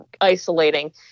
isolating